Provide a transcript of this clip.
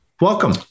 Welcome